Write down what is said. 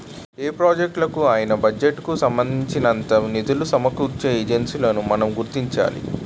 ఏ ప్రాజెక్టులకు అయినా బడ్జెట్ కు సంబంధించినంత నిధులు సమకూర్చే ఏజెన్సీలను మనం గుర్తించాలి